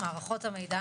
מערכות המידע